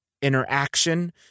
interaction